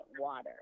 water